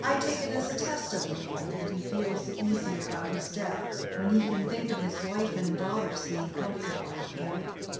i take it as a test of a man, that he feels the easier about his death when he can think of his wife and daughters being comfortable after it.